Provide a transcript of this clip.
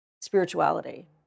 spirituality